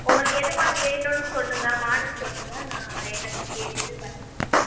உங்களுக்கு எது மாதிரி வேணுன்னு சொல்லுங்க மாடல் சொல்லுங்க நான் என்னென்னு கேட்டுவிட்டு பண்ணி உங்களுக்கு சொல்கிறேன்